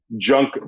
junk